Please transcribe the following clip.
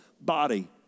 body